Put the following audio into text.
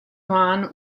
yuan